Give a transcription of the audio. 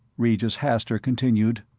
regis hastur continued,